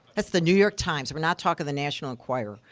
that's the new york times. we're not talking the national enquirer.